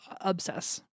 obsess